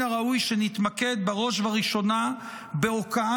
מן הראוי שנתמקד בראש ובראשונה בהוקעה